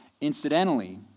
Incidentally